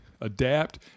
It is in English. adapt